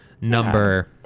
number